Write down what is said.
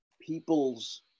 people's